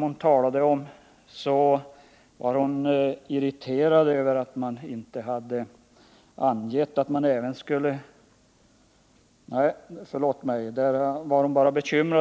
Hon var bekymrad